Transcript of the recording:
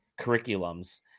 curriculums